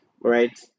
right